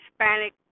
Hispanic